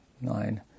nine